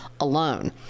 alone